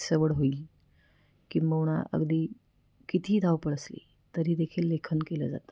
सवड होईल किंबहुनाअगदी कितीही धावपळ असली तरीदेखील लेखन केलं जातं